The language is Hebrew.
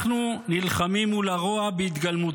אנחנו נלחמים מול הרוע בהתגלמותו.